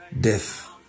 death